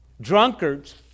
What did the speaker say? drunkards